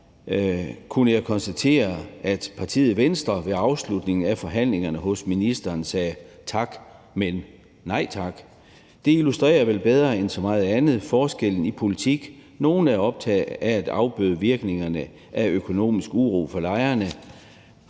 kunne jeg konstatere, at partiet Venstre ved afslutningen af forhandlingerne hos ministeren sagde: Tak, men nej tak. Det illustrerer vel bedre end så meget andet forskellen i politik. Nogle er optaget af at afbøde virkningerne af økonomisk uro for lejerne,